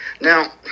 Now